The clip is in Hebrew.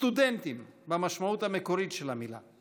סטודנטים במשמעות המקורית של המילה.